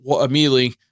immediately